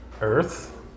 Earth